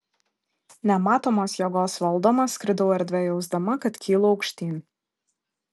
nematomos jėgos valdoma skridau erdve jausdama kad kylu aukštyn